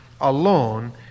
alone